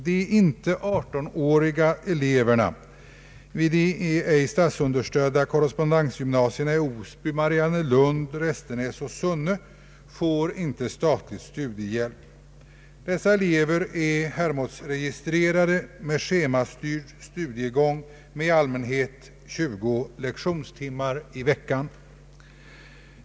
De icke 18-åriga eleverna vid de ej statsunderstödda korrespondensgymnasierna i Osby, Mariannelund, Restenäs och Sunne får inte statlig studiehjälp. Dessa elever är Hermodsregistrerade med schemalagd studiegång med i allmänhet 20 lektionstimmar i veckan.